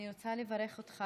אני רוצה לברך אותך,